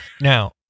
Now